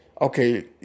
okay